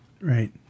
Right